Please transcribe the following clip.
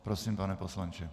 Prosím, pane poslanče.